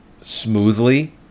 smoothly